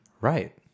Right